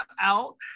out